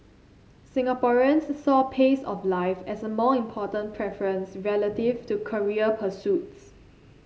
Singaporeans saw pace of life as a more important preference relative to career pursuits